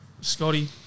Scotty